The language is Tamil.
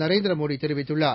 நரேந்திர மோடி தெரிவித்துள்ளார்